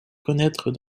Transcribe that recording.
connaitre